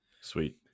Sweet